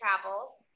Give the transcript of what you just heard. travels